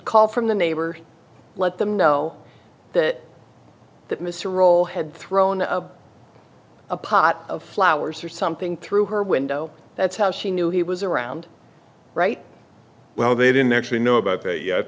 call from the neighbor let them know that that mr rolle had thrown a pot of flowers or something through her window that's how she knew he was around right well they didn't actually know about that yet